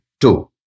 two